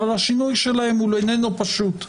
אבל השינוי שלהן הוא איננו פשוט.